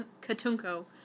Katunko